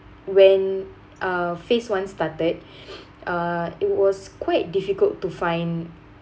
when a phase one started uh it was quite difficult to find